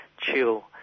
chill